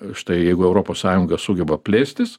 štai jeigu europos sąjunga sugeba plėstis